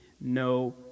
no